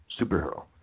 superhero